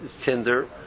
tinder